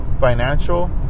financial